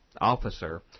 officer